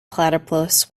platypus